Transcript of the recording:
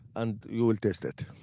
and you will taste it.